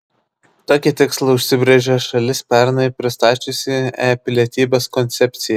tokį tikslą užsibrėžė šalis pernai pristačiusi e pilietybės koncepciją